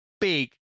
big